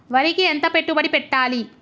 వరికి ఎంత పెట్టుబడి పెట్టాలి?